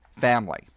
family